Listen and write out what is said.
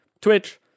Twitch